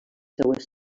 seues